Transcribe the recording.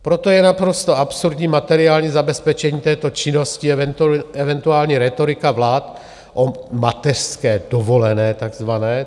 Proto je naprosto absurdní materiální zabezpečení této činnosti, eventuální rétorika vlád o mateřské dovolené tak zvané.